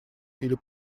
или